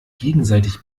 gegenseitig